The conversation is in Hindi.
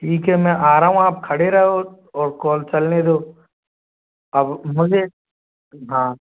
ठीक है मैं आ रहा हूँ आप खड़े रहो और कॉल चलने दो अब मुझे हाँ